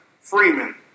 Freeman